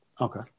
Okay